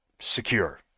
secure